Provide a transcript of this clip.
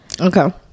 okay